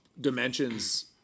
dimensions